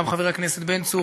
גם חבר הכנסת בן צור,